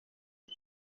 ute